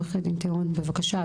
עו"ד טהון בבקשה.